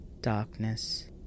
darkness